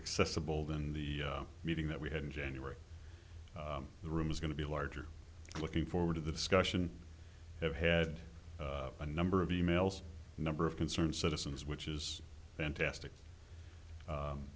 accessible than the meeting that we had in january the room is going to be larger looking forward to the discussion have had a number of e mails number of concerned citizens which is fantastic